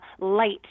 light